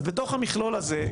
אז בתוך המכלול הזה,